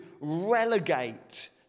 relegate